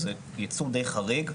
זה ייצוג די חריג.